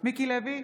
מיקי לוי,